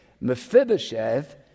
Mephibosheth